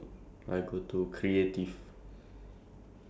my blue card also is done already I only have two blue cards